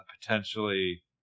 potentially